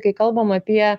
kai kalbam apie